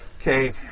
Okay